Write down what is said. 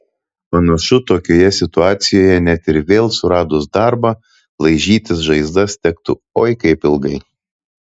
panašu tokioje situacijoje net ir vėl suradus darbą laižytis žaizdas tektų oi kaip ilgai